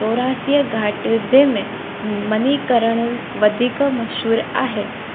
चौरासी घाट जंहिंमें मनीकरणु वधीक मशहूरु आहे